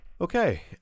Okay